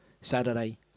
Saturday